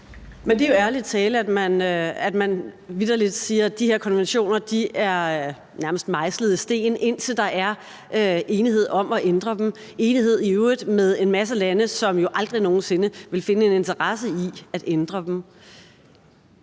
Men det er jo ærlig tale, at man vitterlig siger, at de her konventioner nærmest er mejslet i sten, indtil der er enighed om at ændre dem – i øvrigt enighed med en masse lande, som jo aldrig nogen sinde ville finde en interesse i at ændre dem.